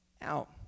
out